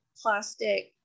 plastic